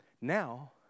Now